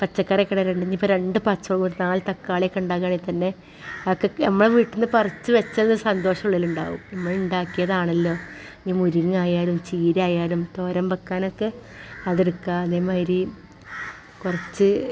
പച്ചക്കറി കട രണ്ടിന് ഇനി ഇപ്പോൾ രണ്ട് പച്ചോൾ ഒരു നാല് തക്കാളി ഒക്കെ ഉണ്ടാക്കാണേ തന്നെ ആകെ നമ്മളുടെ വീട്ടിൽ നിന്ന് പറിച്ച് വെച്ചെന്നു സന്തോഷം ഉള്ളിൽ ഉണ്ടാകും നമ്മൾ ഉണ്ടാക്കിയതാണല്ലോ ഇനി മുരിങ്ങ ആയാലും ചീര ആയാലും തോരൻ വെക്കാനൊക്കെ അത് എടുക്കുക അതേ മാതിരി കുറച്ച്